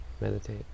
meditate